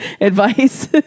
advice